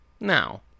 Now